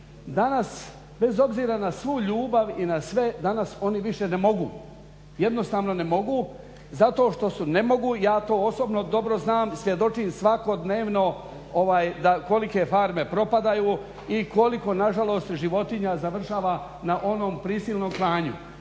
danas bez obziran na svu ljubav i na sve, danas oni više ne mogu, jednostavno ne mogu zato što su ne mogu, ja to osobno dobro znam i svjedočim svakodnevno da kolike farme propadaju i koliko nažalost životinja završava na onom prisilnom klanju,